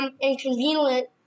Inconvenient